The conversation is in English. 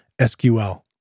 SQL